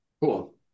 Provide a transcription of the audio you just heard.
Cool